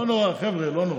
לא נורא, חבר'ה.